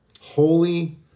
Holy